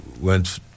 went